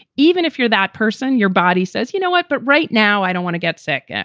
even if you're that person, your body says, you know what? but right now, i don't want to get sick. yeah